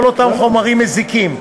כל אותם חומרים מזיקים,